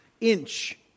inch